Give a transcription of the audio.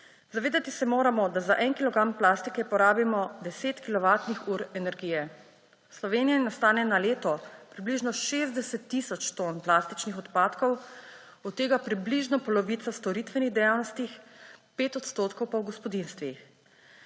Zavedati se moramo, da za en kilogram plastike porabimo 10 kilovatnih ur energije. V Sloveniji nastane na leto približno 60 tisoč ton plastičnih odpadkov, od tega približno polovica v storitvenih dejavnostih, 5 odstotkov pa v gospodinjstvih.